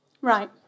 Right